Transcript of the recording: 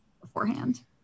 beforehand